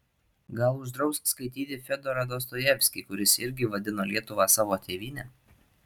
gal uždraus skaityti fiodorą dostojevskį kuris irgi vadino lietuvą savo tėvyne